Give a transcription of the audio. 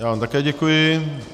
Já vám také děkuji.